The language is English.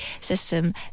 system